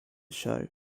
show